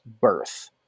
birth